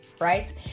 right